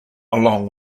along